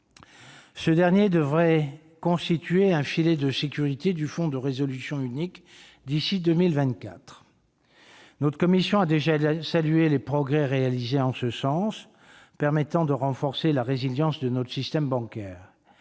Ce dernier devrait constituer un filet de sécurité du Fonds de résolution unique d'ici à 2024. La commission des finances a déjà salué les progrès réalisés en ce sens, permettant de renforcer la résilience de notre système bancaire.